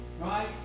right